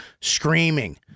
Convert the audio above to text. screaming